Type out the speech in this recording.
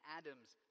adam's